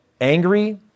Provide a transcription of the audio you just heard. angry